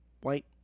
white